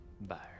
bar